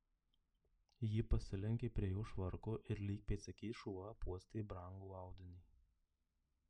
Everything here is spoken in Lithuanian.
ji pasilenkė prie jo švarko ir lyg pėdsekys šuo apuostė brangų audinį